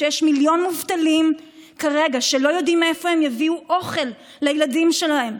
כשיש מיליון מובטלים כרגע שלא יודעים מאיפה הם יביאו אוכל לילדים שלהם,